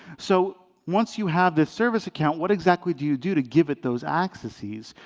so once you have this service account, what exactly do you do to give it those accesses,